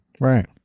right